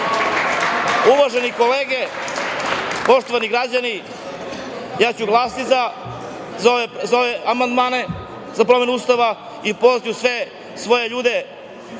Niša. Uvažene kolege, poštovani građani, ja ću glasati za ove amandmane za promenu Ustavu i pozvaću sve svoje ljude